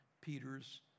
Peter's